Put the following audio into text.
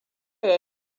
ya